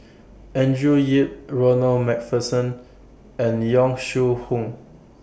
Andrew Yip Ronald MacPherson and Yong Shu Hoong